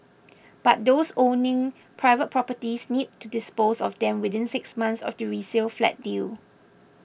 but those owning private properties need to dispose of them within six months of the resale flat deal